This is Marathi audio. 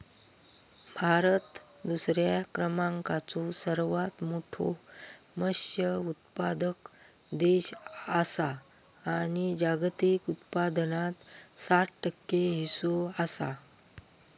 भारत दुसऱ्या क्रमांकाचो सर्वात मोठो मत्स्य उत्पादक देश आसा आणि जागतिक उत्पादनात सात टक्के हीस्सो आसा